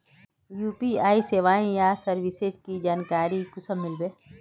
UPI सेवाएँ या services की जानकारी कुंसम मिलबे?